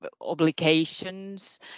obligations